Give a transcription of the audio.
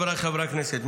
חבריי חברי הכנסת,